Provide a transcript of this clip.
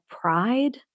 pride